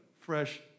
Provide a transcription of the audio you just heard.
fresh